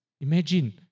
Imagine